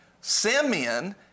Simeon